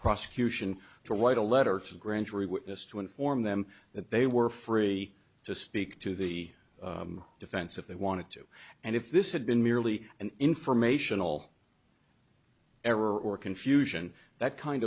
prosecution to write a letter to the grand jury witness to inform them that they were free to speak to the defense if they wanted to and if this had been merely an informational error or confusion that kind